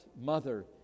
mother